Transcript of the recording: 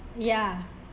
ya